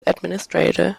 administrator